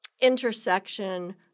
intersection